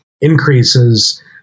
increases